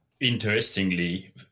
Interestingly